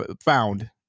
found